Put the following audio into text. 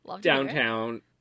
Downtown